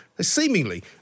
seemingly